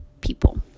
people